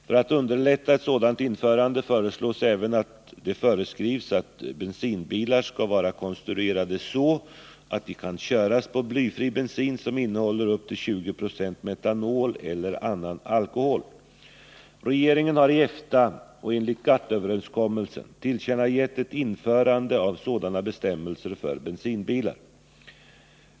För att underlätta ett sådant införande föreslås även att det föreskrivs att bensinbilar skall vara konstruerade så att de kan köras på blyfri bensin som innehåller upptill 20 26 metanol eller annan alkohol. Regeringen har i EFTA och enligt GATT-överenskommelsen tillkännagett ett införande av sådana bestämmelser för bensinbilar.